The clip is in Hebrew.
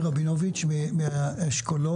יש נכונות